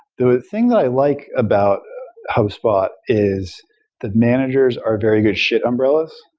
the thing that i like about hubspot is the managers are very good shit umbrellas,